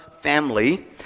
family